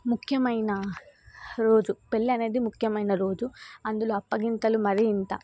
ముఖ్యమైన రోజు పెళ్ళనేది ముఖ్యమైన రోజు అందులో అప్పగింతలు మరి ఇంత